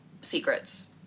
secrets